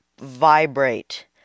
vibrate